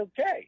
okay